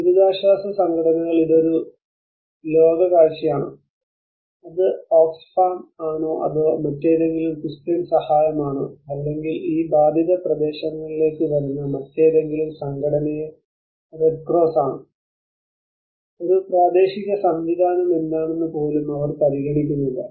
ദുരിതാശ്വാസ സംഘടനകൾ ഇത് ഒരു ലോകകാഴ്ചയാണോ അത് ഓക്സ്ഫാം ആണോ അതോ മറ്റേതെങ്കിലും ക്രിസ്ത്യൻ സഹായമാണോ അല്ലെങ്കിൽ ഈ ബാധിത പ്രദേശങ്ങളിലേക്ക് വരുന്ന മറ്റേതെങ്കിലും സംഘടനയെ റെഡ് ക്രോസ് ആണോ ഒരു പ്രാദേശിക സംവിധാനം എന്താണെന്ന് പോലും അവർ പരിഗണിക്കുന്നില്ല